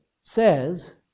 says